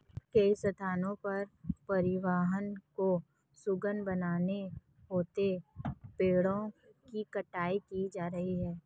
कई स्थानों पर परिवहन को सुगम बनाने हेतु पेड़ों की कटाई की जा रही है